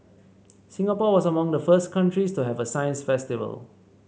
Singapore was among the first countries to have a science festival